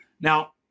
now